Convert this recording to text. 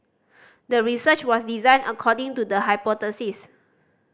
the research was designed according to the hypothesis